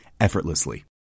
effortlessly